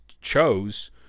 chose